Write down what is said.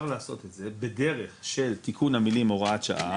לעשות את זה בדרך של תיקון המילים הוראת שעה.